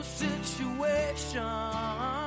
situation